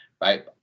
right